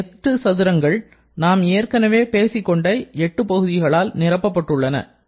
மற்ற 8 சதுரங்கள் நாம் ஏற்கனவே பேசிக்கொண்ட 8 பகுதிகளால் நிரப்பப்பட்டுள்ளன